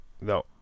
No